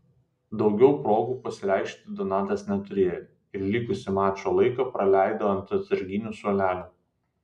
daugiau progų pasireikšti donatas neturėjo ir likusį mačo laiką praleido ant atsarginių suolelio